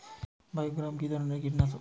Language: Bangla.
বায়োগ্রামা কিধরনের কীটনাশক?